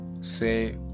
say